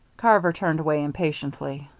carver turned away impatiently.